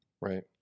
Right